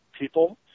people